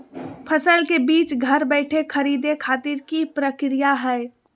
फसल के बीज घर बैठे खरीदे खातिर की प्रक्रिया हय?